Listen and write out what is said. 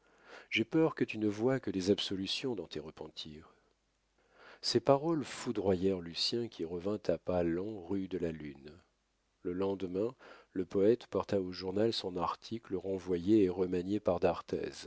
j'ai peur que tu ne voies que des absolutions dans tes repentirs ces paroles foudroyèrent lucien qui revint à pas lents rue de la lune le lendemain le poète porta au journal son article renvoyé et remanié par